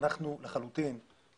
האסדה לא גורמת לשום מפגע סביבתי.